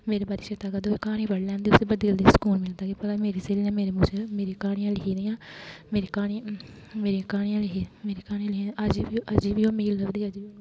मेरे बारे च क्हानी पढ़ी लैंदे ते ओह्दे बाद दिल गी सकून मिलदा कि भला मेरी स्हेली ने मेरे मूजब मेरी क्हानी लिखी दी मेरी क्हानी मेरी क्हानियां अजेंबी मिगी ओह् लभदी